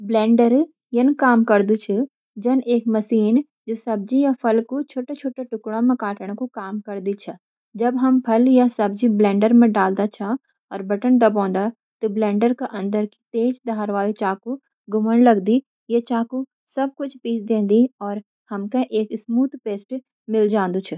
ब्लेंडर ऐन काम करदु छ जन एक मशीन जु सब्जी या फल क छोटे-छोटे टुकड़ों में काटन कु काम करदी छ। जब हम फल या सब्जी ब्लेंडर में डालदा छ आर बटन दबादा छ, त ब्लेंडर के अंदर की तेज धार वाली चाकू घूमने लगती। ये चाकू सब कुछ पीस देती और हमे एक स्मूथ पेस्ट या जूस मिल जांदु छ।